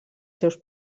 seus